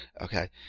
Okay